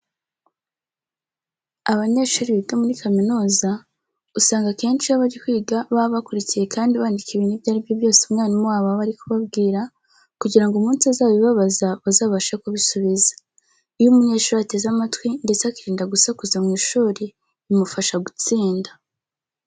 Abanyeshuri biga muri kaminuza usanga akenshi iyo bari kwiga baba bakurikiye kandi bandika ibintu ibyo ari byo byose umwarimu wabo aba ari kubabwira kugira ngo umunsi azabibabaza bazabashe kubisubiza. Iyo umunyeshuri ateze amatwi ndetse akirinda gusakuza mu ishuri bimufasha gutsinda.